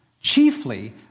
chiefly